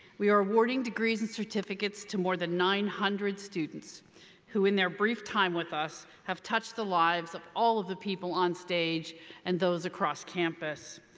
we are awarding degrees and certificates to more than nine hundred students who in their brief time with us have touched the lives of all of the people on stage and those across campus.